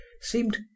seemed